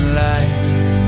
life